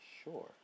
sure